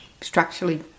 structurally